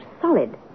solid